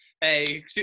hey